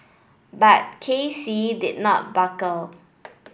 but K C did not buckle